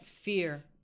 fear